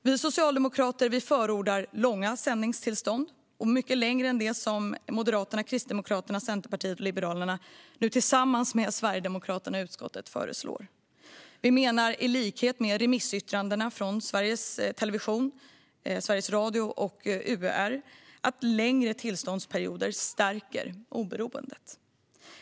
Vi socialdemokrater förordar långa sändningstillstånd, mycket längre än vad Moderaterna, Kristdemokraterna, Centerpartiet och Liberalerna nu tillsammans med Sverigedemokraterna föreslår i utskottet. Vi menar, i likhet med remissyttrandena från Sveriges Television, Sveriges Radio och UR, att längre tillståndsperioder stärker oberoendet.